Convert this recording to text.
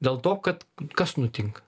dėl to kad kas nutinka